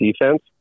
defense